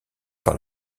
par